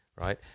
right